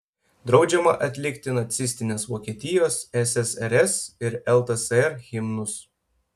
draudžiama atlikti nacistinės vokietijos ssrs ir ltsr himnus